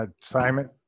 Simon